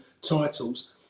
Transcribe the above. titles